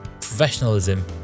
professionalism